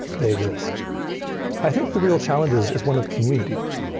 they exist i think the real challenge is, is one of community.